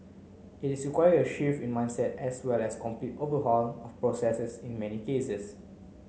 it is require a shift in mindset as well as complete overhaul of processes in many cases